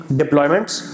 deployments